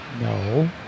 no